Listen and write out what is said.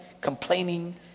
complaining